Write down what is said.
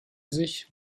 sich